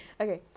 okay